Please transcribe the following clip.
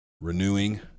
renewing